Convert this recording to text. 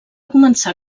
començar